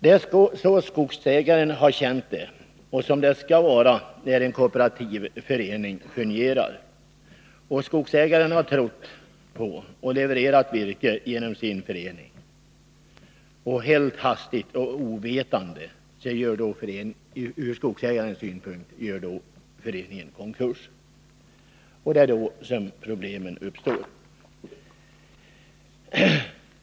Det är så skogsägaren har känt det och så det skall vara när en kooperativ förening fungerar. Och skogsägaren har trott på — och levererat virke genom —-sin förening. Helt hastigt — och ur skogsägarens synpunkt oväntat — gör då föreningen konkurs. Det är då som problemen uppstår.